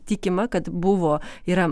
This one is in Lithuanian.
tikima kad buvo yra